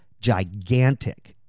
gigantic –